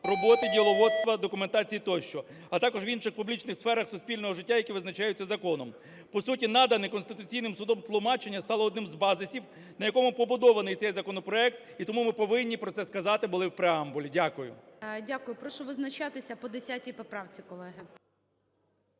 роботи, діловодства, документації тощо, а також в інших публічних сферах суспільного життя, які визначаються законом. По суті, надане Конституційним Судом тлумачення стало одним з базисів, на якому побудований цей законопроект, і тому ми повинні про це сказати були в преамбулі. Дякую. ГОЛОВУЮЧИЙ. Дякую. Прошу визначатися по 10 поправці, колеги.